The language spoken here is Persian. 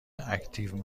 اکتیو